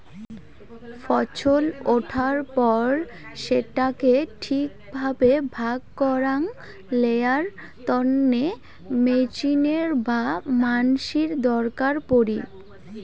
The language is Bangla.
ফছল উঠার পর সেটাকে ঠিক ভাবে ভাগ করাং লেয়ার তন্নে মেচিনের বা মানসির দরকার পড়ি